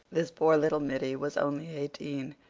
this poor little middy was only eighteen.